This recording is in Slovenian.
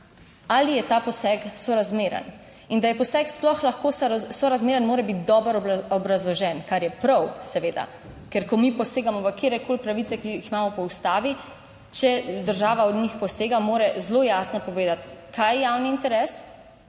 ali je ta poseg sorazmeren? In da je poseg sploh lahko sorazmeren, mora biti dobro obrazložen. kar je prav. Seveda, ker ko mi posegamo v katerekoli pravice, ki jih imamo po Ustavi, če država od njih posega, mora zelo jasno povedati, kaj je javni interes